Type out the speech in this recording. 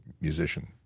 musician